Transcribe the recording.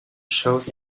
shows